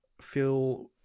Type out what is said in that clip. feel